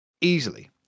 Easily